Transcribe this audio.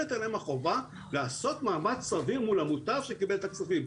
מוטלת עליהם החובה לעשות מאמץ סביר מול המוטב שקיבל את הכספים".